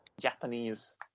Japanese